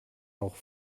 auch